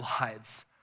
lives